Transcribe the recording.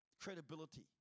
credibility